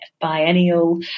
biennial